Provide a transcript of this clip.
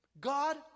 God